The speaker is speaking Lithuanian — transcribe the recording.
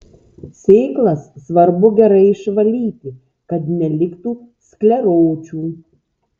sėklas svarbu gerai išvalyti kad neliktų skleročių